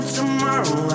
Tomorrow